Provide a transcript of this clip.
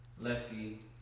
lefty